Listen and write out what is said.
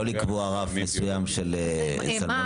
לא לקבוע רף מסוים של סלמונלה.